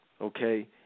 Okay